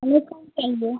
हमें कम चाहिए